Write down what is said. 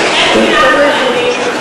אין שנאת חרדים,